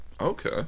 Okay